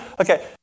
Okay